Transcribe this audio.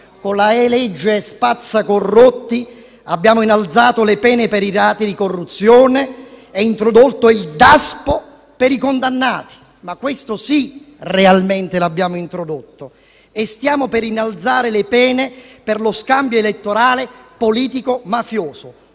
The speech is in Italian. di legge spazzacorrotti abbiamo innalzato le pene per i reati di corruzione e introdotto il Daspo per i condannati. Ma questo, sì, realmente lo abbiamo introdotto, e stiamo per innalzare le pene per lo scambio elettorale politico-mafioso.